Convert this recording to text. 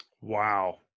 Wow